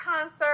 concert